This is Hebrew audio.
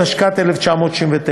התשכ"ט 1969,